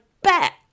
bet